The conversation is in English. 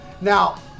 Now